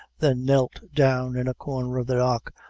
then knelt down in a corner of the dock,